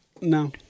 No